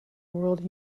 world